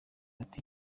ati